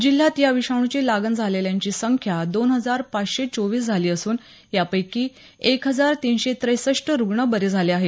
जिल्ह्यात या विषाणूची लागण झालेल्यांची संख्या दोन हजार पाचशे चोविस झाली असून यापैकी एक हजार तिनशे त्रेसष्ट रुग्ण बरे झाले आहेत